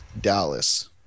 Dallas